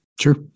Sure